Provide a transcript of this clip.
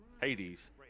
Hades